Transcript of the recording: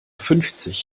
fünfzig